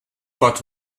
but